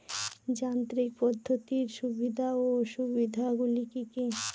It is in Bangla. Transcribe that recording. যান্ত্রিক পদ্ধতির সুবিধা ও অসুবিধা গুলি কি কি?